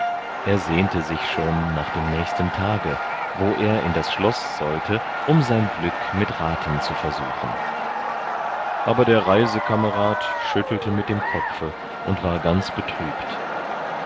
er sehnte sich schon nach dem nächsten tage wo er in das schloß sollte um sein glück mit raten zu versuchen aber der reisekamerad schüttelte mit dem kopfe und war ganz betrübt